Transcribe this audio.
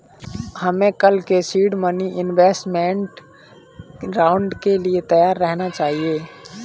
हमें कल के सीड मनी इन्वेस्टमेंट राउंड के लिए तैयार रहना चाहिए